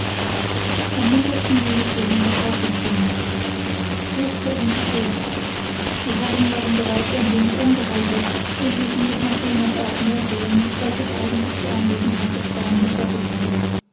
am muntersten ging es während der tafel zu toast verdrängte toast die herren waren bereits ein wenig angeheitert und ließen sich nach seemannsart mehr gehen als es eigentlich die anwesenheit der frauen gestattet hätte